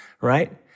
right